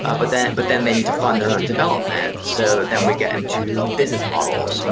ah but then but then they need to fund their own development. so then we get into business models.